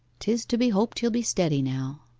tis to be hoped he'll be steady now